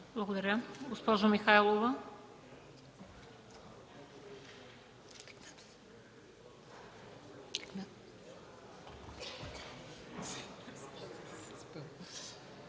Благодаря. Госпожа Михайлова.